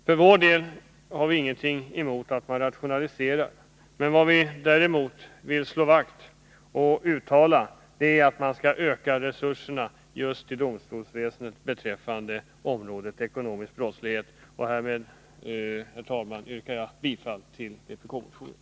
För vår del har vi ingenting emot att man rationaliserar, men vi vill att man dessutom skall utöka resurserna till domstolsväsendet när det gäller området ekonomisk brottslighet. Herr talman! Härmed yrkar jag bifall till vpk-motionen.